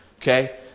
okay